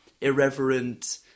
irreverent